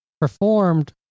performed